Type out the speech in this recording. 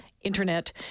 internet